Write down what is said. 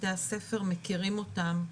בתי הספר מכירים אותם,